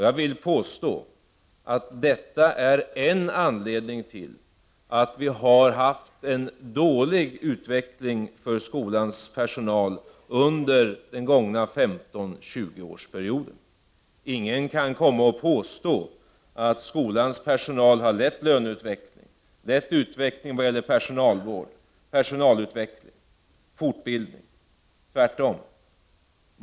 Jag vill påstå att detta är en anledning till att vi har haft en dålig utveckling för skolans personal under den gångna 15-20-årsperioden. Ingen kan komma och påstå att skolans personal har lett löneutvecklingen eller utvecklingen vad gäller personalvård, personalutveckling eller fortbildning — tvärtom.